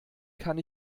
kann